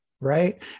right